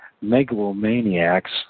megalomaniacs